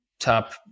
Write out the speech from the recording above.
Top